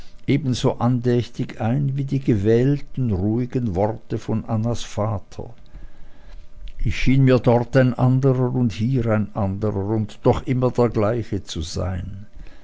ebenso andächtig ein wie die gewählten ruhigen worte von annas vater ich schien mir dort ein anderer und hier ein anderer und doch immer der gleiche zu sein